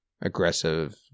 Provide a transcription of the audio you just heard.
aggressive